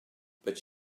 but